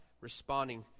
Responding